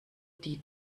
die